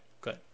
good